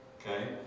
okay